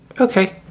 Okay